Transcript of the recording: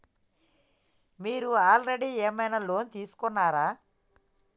మీరు ఆల్రెడీ ఏమైనా లోన్ తీసుకున్నారా?